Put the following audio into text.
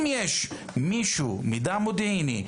אם יש למישהו מידע מודיעיני,